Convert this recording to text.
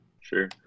sure